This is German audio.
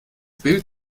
bild